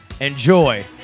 enjoy